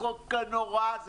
החוק הנורא הזה